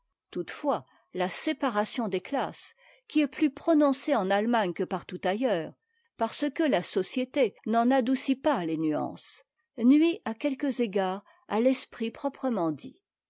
toutefois la séparation des classes qui est plus prononcée en allemagne que partout ailleurs parce que la société n'en adoucit pas les nuances nuit à quelques égards à l'esprit proprement dit